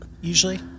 usually